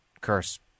curse